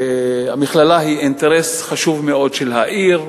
המכללה היא אינטרס חשוב מאוד של העיר,